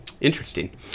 Interesting